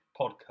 podcast